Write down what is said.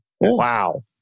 wow